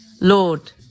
Lord